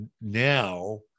now